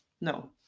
No